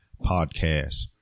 podcast